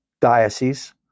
diocese